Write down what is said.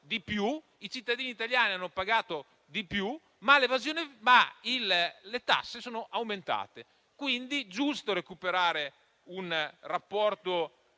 di più, i cittadini italiani hanno pagato di più, ma le tasse sono aumentate. È dunque giusto recuperare un rapporto